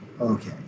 okay